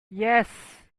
yes